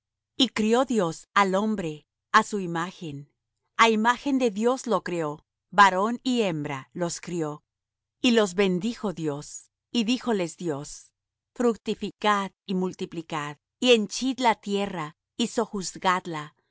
y crió dios al hombre á su imagen á imagen de dios lo crió varón y hembra los crió y los bendijo dios y díjoles dios fructificad y multiplicad y henchid la tierra y sojuzgadla